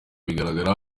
birangira